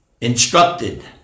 instructed